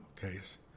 case